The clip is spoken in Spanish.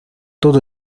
todo